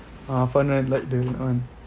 ah Fun Run like the that one